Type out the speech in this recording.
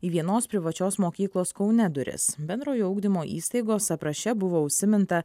į vienos privačios mokyklos kaune duris bendrojo ugdymo įstaigos apraše buvo užsiminta